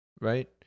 Right